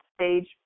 stage